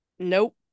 nope